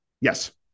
Yes